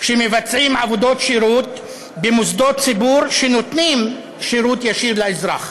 שמבצעים עבודות שירות במוסדות ציבור שנותנים שירות ישיר לאזרח.